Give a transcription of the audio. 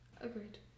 Agreed